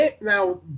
now